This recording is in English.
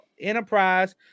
Enterprise